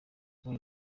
muri